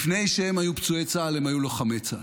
לפני שהם היו פצועי צה"ל, הם היו לוחמי צה"ל,